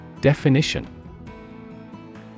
Definition